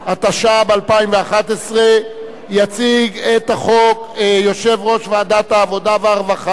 התשע"ב 2012. יציג את החוק יושב-ראש ועדת העבודה והרווחה,